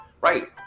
right